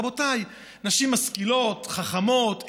רבותיי, נשים משכילות, חכמות,